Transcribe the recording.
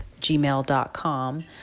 gmail.com